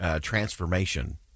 transformation